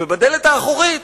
ובדלת האחורית